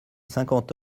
cinquante